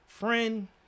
Friend